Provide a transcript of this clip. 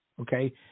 okay